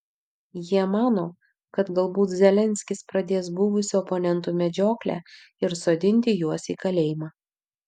jie mano kad galbūt zelenskis pradės buvusių oponentų medžioklę ir sodinti juos į kalėjimą